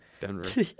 Denver